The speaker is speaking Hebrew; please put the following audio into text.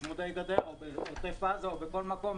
בצמודי גדר או בעוטף עזה או בכל מקום,